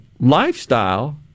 lifestyle